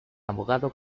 abogado